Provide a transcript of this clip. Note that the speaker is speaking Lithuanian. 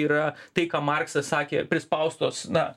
yra tai ką marksas sakė prispaustos na